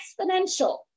exponential